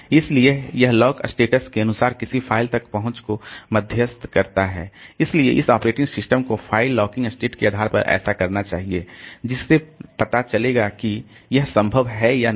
इसलिए यह lock states के अनुसार किसी फाइल तक पहुंच को मध्यस्त करता है इसलिए इस ऑपरेटिंग सिस्टम को फाइल लॉकिंग स्टेट के आधार पर ऐसा करना चाहिए जिससे पता चलेगा कि यह संभव है या नहीं